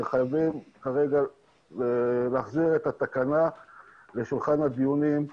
אני חושב שחייבים כרגע להחזיר את התקנה לשולחן הדיונים,